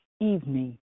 evening